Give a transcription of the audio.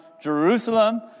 Jerusalem